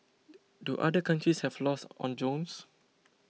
do other countries have laws on drones